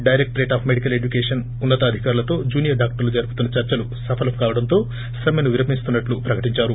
director of medical education ఉన్సతాధికారులతో junior డాక్టర్లు జరుపుతున్న చర్సలు సఫలం కావడంతో సమ్మెను విరమిస్తున్నట్లు ప్రకటించారు